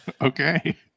Okay